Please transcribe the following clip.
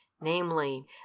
namely